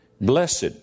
Blessed